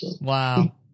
Wow